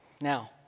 Now